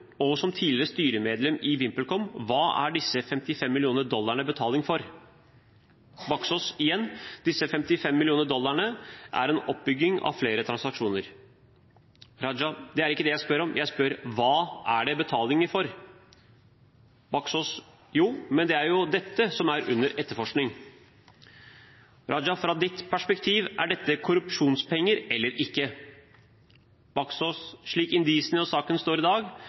og som tidligere styremedlem i VimpelCom – hva er disse 55 mill. dollarene betaling for? Jon Fredrik Baksaas: Igjen: Disse 55 mill. dollarene er en oppbygging av flere transaksjoner. Abid Q. Raja Det er ikke det jeg spør om. Jeg spør: Hva er det betalinger for? Jon Fredrik Baksaas: Jo, men det er jo dette som er under etterforskning. Abid Q. Raja Fra ditt perspektiv – er dette korrupsjonspenger eller ikke? Jon Fredrik Baksaas: Slik indisiene og saken står